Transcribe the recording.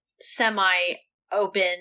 semi-open